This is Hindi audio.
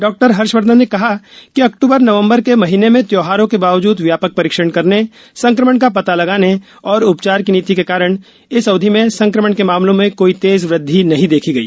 डॉक्टर हर्षवर्धन ने कहा कि अक्तूबर नवम्बर के महीने में त्यौहारों के बावजूद व्यापक परीक्षण करने संक्रमण का पता लगाने और उपचार की नीति के कारण इस अवधि में संक्रमण के मामलों में कोई तेज वृद्धि नहीं देखी गई